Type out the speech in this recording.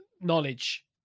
knowledge